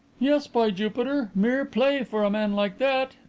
yes, by jupiter mere play for a man like that,